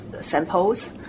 samples